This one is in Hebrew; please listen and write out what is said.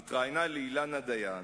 היא התראיינה לאילנה דיין,